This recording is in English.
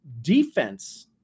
defense